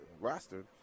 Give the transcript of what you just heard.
roster